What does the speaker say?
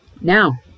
Now